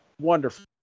wonderful